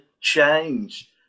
change